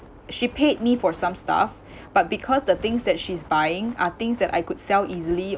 she paid me for some stuff but because the things that she's buying are things that I could sell easily